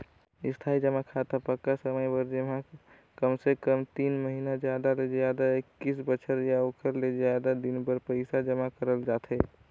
इस्थाई जमा खाता पक्का समय बर जेम्हा कमसे कम तीन महिना जादा ले जादा एक्कीस बछर या ओखर ले जादा दिन बर पइसा जमा करल जाथे